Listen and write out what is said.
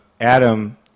Adam